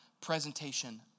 presentation